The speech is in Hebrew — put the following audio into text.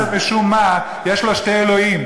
חבר הכנסת, משום מה, יש לו שני אלוהים,